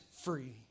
free